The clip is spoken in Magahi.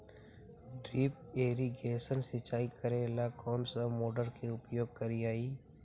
ड्रिप इरीगेशन सिंचाई करेला कौन सा मोटर के उपयोग करियई?